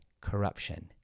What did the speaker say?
corruption